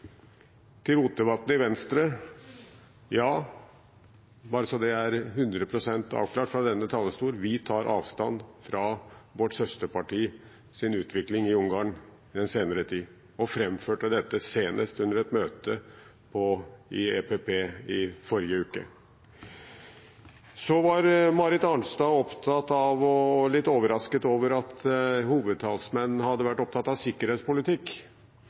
Til Rotevatn i Venstre: Ja, bare så det er 100 pst. avklart fra denne talerstolen: Vi tar avstand fra vårt søsterpartis utvikling i Ungarn den senere tid, og vi framførte dette senest under et møte i EPP i forrige uke. Så var Marit Arnstad litt overrasket over at hovedtalsmannen hadde vært opptatt av sikkerhetspolitikk.